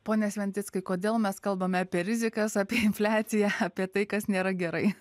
pone sventickai kodėl mes kalbame apie rizikas apie infliaciją apie tai kas nėra gerai